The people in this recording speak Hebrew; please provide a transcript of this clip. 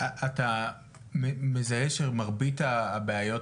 אתה מזהה שמרבית הבעיות